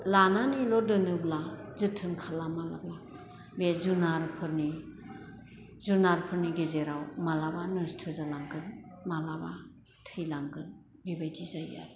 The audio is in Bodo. लानानैल' दोनोब्ला जोथोन खालामालाब्ला बे जुनारफोरनि जुनारफोरनि गेजेराव मालाबा नस्थ जालांगोन मालाबा थैलांगोन बेबायदि जायो आरो